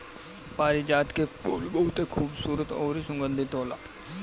पारिजात के फूल बहुते खुबसूरत अउरी सुगंधित होला